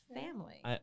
family